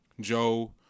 Joe